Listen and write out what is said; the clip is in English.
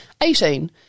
Eighteen